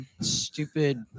stupid